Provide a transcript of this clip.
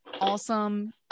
awesome